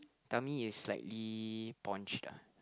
tummy is slightly ponch ah